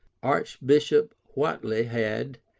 archbishop whately had,